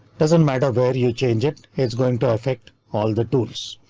doesn't matter where you change it, it's going to affect all the tools,